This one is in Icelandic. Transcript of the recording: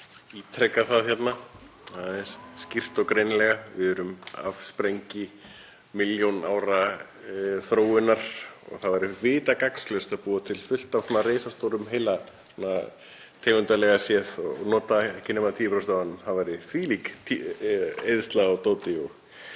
Ég vil bara ítreka það, skýrt og greinilega. Við erum afsprengi milljón ára þróunar og það væri vita gagnslaust að búa til fullt af risastórum heila svona tegundalega séð og nota ekki nema 10% af honum. Það væri þvílík eyðsla á dóti og